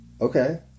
Okay